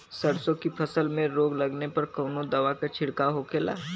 सरसों की फसल में रोग लगने पर कौन दवा के छिड़काव होखेला?